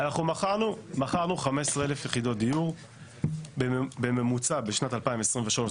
מכרנו 15,000 יחידות דיור בממוצע בשנת 2023,